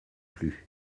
plus